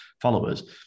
followers